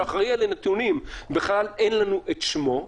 שהאחראי על הנתונים בכלל אין לנו את שמו.